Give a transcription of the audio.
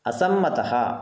असम्मतः